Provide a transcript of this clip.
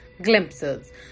Glimpses